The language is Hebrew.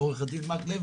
עורך הדין מקלב.